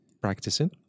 practicing